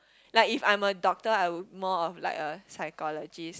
like if I'm a doctor I would more of like a psychologist